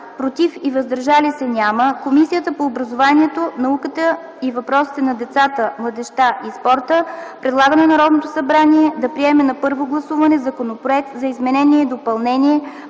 „против” и „въздържали се” няма Комисията по образованието, науката и въпросите на децата, младежта и спорта предлага на Народното събрание да приеме на първо гласуване Законопроект за изменение и допълнение